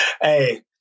Hey